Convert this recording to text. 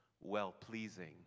well-pleasing